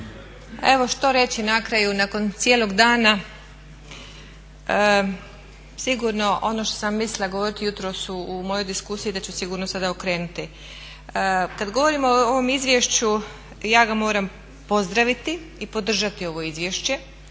Evo što reći na kraju nakon cijelog dana, sigurno ono što sam mislila govoriti jutros u mojoj diskusiji da ću sigurno sada okrenuti. Kada govorimo o ovom izvješću ja ga moram pozdraviti i podržati ovo izvješće,